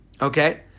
okay